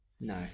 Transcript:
No